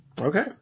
Okay